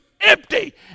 empty